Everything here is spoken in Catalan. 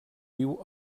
viu